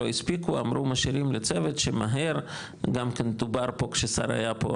לא הספיקו אמרו משאירים לצוות שמהר גם כן דובר פה כששר היה פה,